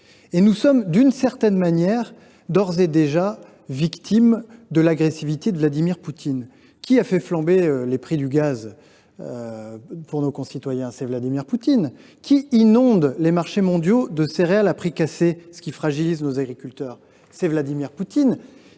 nous sommes d’ores et déjà victimes de l’agressivité de Vladimir Poutine. Qui a fait flamber les prix du gaz pour nos concitoyens ? C’est Vladimir Poutine ! Qui inonde les marchés mondiaux de céréales à prix cassés, ce qui fragilise nos agriculteurs ? C’est Vladimir Poutine